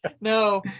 No